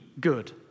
good